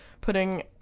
putting